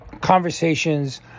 conversations